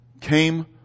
came